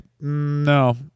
no